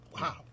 Wow